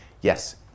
Yes